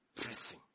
Pressing